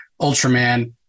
Ultraman